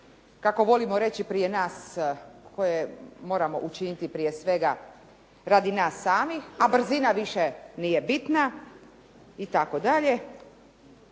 kako volimo prije nas, koje moramo učiniti prije svega radi nas samih, a brzina više nije bitna itd.